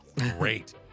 Great